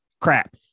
crap